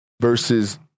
versus